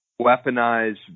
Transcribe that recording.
weaponize